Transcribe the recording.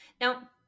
Now